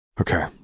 Okay